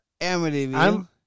Amityville